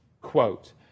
quote